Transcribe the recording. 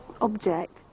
object